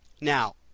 Now